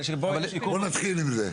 בואו נתחיל עם זה.